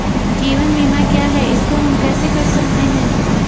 जीवन बीमा क्या है इसको हम कैसे कर सकते हैं?